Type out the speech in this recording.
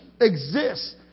exists